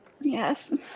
yes